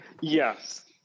yes